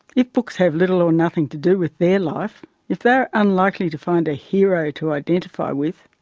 if books have little or nothing to do with their life, if they are unlikely to find a hero to identify with,